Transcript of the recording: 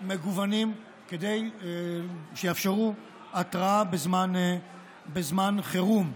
מגוונות, כדי שיאפשרו התרעה בזמן חירום.